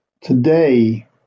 today